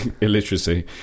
illiteracy